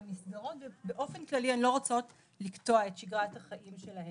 מהמסגרות ובאופן כללי הן לא רוצות לקטוע את שגרת החיים שלהן.